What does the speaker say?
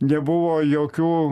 nebuvo jokių